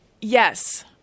yes